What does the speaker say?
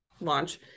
launch